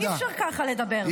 כי אי-אפשר ככה לדבר,